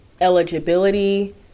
eligibility